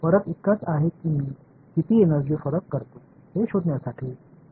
எடுத்துக்காட்டாக குறிப்பிடும் தீர்வோடு ஒப்பிடும்போது நான் என்ன கண்டுபிடிக்க முடியும்